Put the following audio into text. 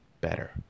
better